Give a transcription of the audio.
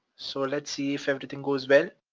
so let's see if everything goes well.